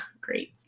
great